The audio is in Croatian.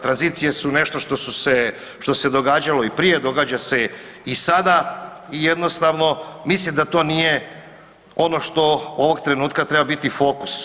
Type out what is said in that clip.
Tranzicije su nešto što se događalo i prije, događa se i sada i jednostavno mislim da to nije ono što ovog trenutka treba biti fokus.